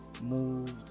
moved